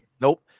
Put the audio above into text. Nope